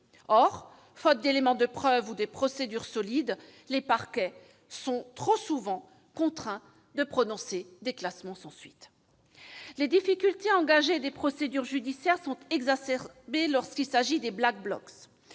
Or, faute d'éléments de preuve ou de procédures solides, les parquets sont trop souvent contraints de prononcer des classements sans suite. Les difficultés à engager des procédures judiciaires sont exacerbées lorsqu'il s'agit de Black Blocs,